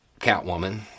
Catwoman